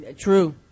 True